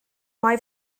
mae